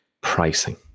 pricing